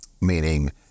meaning